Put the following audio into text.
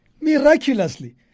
Miraculously